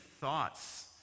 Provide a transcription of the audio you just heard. thoughts